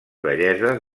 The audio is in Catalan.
belleses